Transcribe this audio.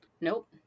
Nope